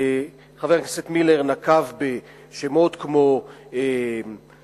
חבר הכנסת מילר נקב בשמות כמו "מעלה",